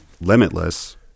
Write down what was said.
limitless